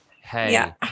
hey